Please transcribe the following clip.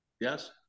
Yes